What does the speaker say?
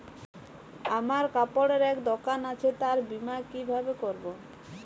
আমার কাপড়ের এক দোকান আছে তার বীমা কিভাবে করবো?